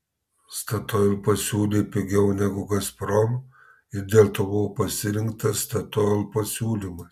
statoil pasiūlė pigiau negu gazprom ir dėl to buvo pasirinktas statoil pasiūlymas